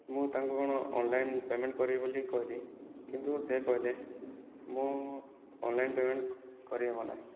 ମୁଁ ତାଙ୍କୁ କ'ଣ ଅନଲାଇନ ପେମେଣ୍ଟ୍ କରିବି ବୋଲି କହିଲି କିନ୍ତୁ ସେ କହିଲେ ମୁଁ ଅନଲାଇନ ପେମେଣ୍ଟ୍ କରିହେବନାହିଁ